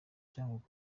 cyangugu